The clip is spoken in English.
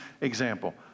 example